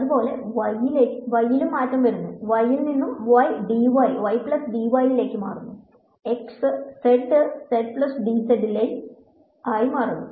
ഇതുപോലെ y യിലും മാറ്റം വരുന്നു y ഇൽ നിന്നും ലേക്ക് z ആയി മാറുന്നു